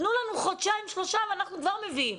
תנו לנו חודשיים-שלושה ואנחנו כבר מביאים.